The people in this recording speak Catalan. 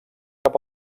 cap